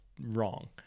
wrong